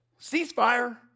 ceasefire